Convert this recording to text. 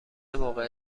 موقع